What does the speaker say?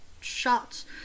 shots